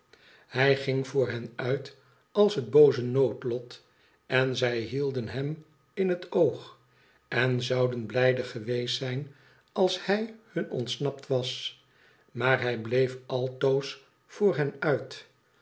hij ging voor hen uit als het booze noodlot en zij hielden hem in het oog en zouden blijde geweest zijn als hij hun ontsnapt was maar hij bleef altoos voor hen uit